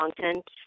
content